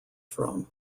from